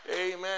Amen